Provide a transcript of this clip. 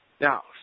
Now